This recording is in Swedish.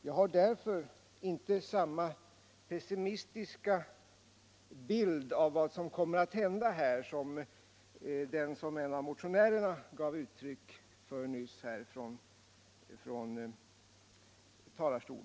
Jag har därför inte samma pessimistiska bild av vad som kommer att hända på detta område som den som en av motionärerna nyss gav uttryck för från denna talarstol.